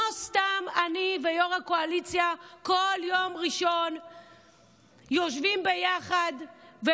לא סתם אני ויושב-ראש הקואליציה יושבים ביחד בכל יום ראשון,